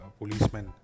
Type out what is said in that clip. policemen